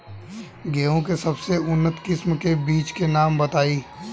गेहूं के सबसे उन्नत किस्म के बिज के नाम बताई?